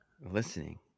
listening